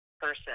person